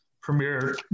premier –